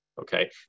Okay